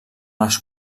les